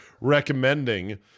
recommending